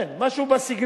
כן, משהו בסגנון.